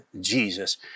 Jesus